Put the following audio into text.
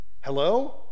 Hello